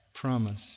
promise